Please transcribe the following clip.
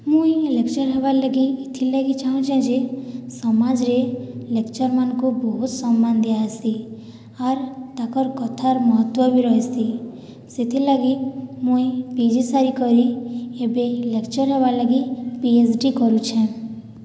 ମୁଇଁ ଲେକ୍ଚର୍ ହେବାର୍ ଲାଗି ଏଥିଲାଗି ଚାହୁଁଛି ଯେ ସମାଜରେ ଲେକ୍ଚର୍ ମାନଙ୍କୁ ବହୁତ୍ ସମ୍ମାନ ଦିଆହାସି ହାର୍ ତାଙ୍କର୍ କଥାର୍ ମହତ୍ୱ ବି ରହିଶି ସେଥି ଲାଗି ମୁଇ ପି ଜି ସାରି କରି ହେବି ଲେକ୍ଚର୍ ହେବାର୍ ଲାଗି ପି ଏଚ୍ ଡି କରୁଛେ